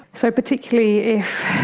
so particularly if